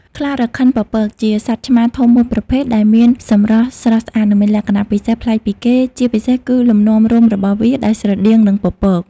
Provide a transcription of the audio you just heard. ខ្លារខិនពពក ជាសត្វឆ្មាធំមួយប្រភេទដែលមានសម្រស់ស្រស់ស្អាត និងមានលក្ខណៈពិសេសប្លែកពីគេ ជាពិសេសគឺលំនាំរោមរបស់វាដែលស្រដៀងនឹងពពក